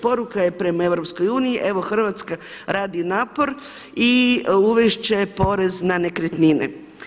Poruka je prema EU, evo Hrvatska radi napor i uvesti će porez na nekretnine.